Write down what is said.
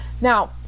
Now